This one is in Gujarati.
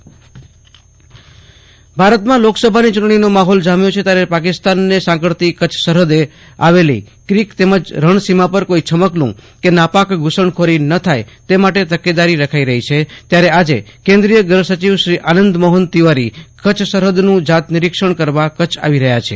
આશુતોષ અંતાણી કચ્છ કેન્દ્રીચ ગૃહ સચિવ મુલાકાત ભારતમાં લોકસભાની ચૂંટણીનો માહોલ જામ્યો છે ત્યારે પાકિસ્તાનને સાંકળતી કચ્છ સરહદે આવેલી ક્રીક તેમજ રણ સીમા પર કોઈ છમકલું કે નાપાક ઘુષણખોરી ન થાય તે માટે તકેદારી રખાઈ રહી છે ત્યારે આજે કેન્દ્રીય ગૃહ સયિવ શ્રી આનંદ મોહન તિવારી કચ્છ સરહદનું જાત બિરિક્ષણ કરવા કચ્છ આવી રહયાં છે